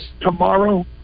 tomorrow